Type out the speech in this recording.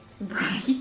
Right